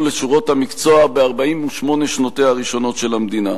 לשורות המקצוע ב-48 שנותיה הראשונות של המדינה,